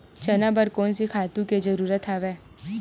चना बर कोन से खातु के जरूरत हवय?